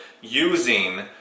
using